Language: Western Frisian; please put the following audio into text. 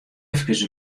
efkes